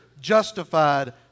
justified